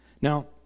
Now